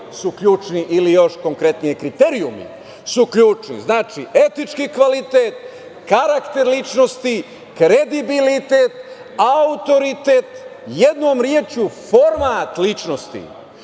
su ključni ili još konkretnije kriterijumi su ključni. Znači, etički kvalitet, karakter ličnosti, kredibilitet, autoritet, jednom rečju format ličnosti